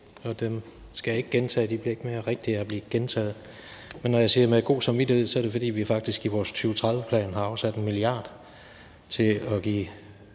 og dem skal jeg ikke gentage, de bliver ikke mere rigtige af at blive gentaget. Men når jeg siger med god samvittighed, er det, fordi vi faktisk i vores 2030-plan har afsat 1 mia. kr. til at give